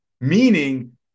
meaning